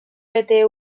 bete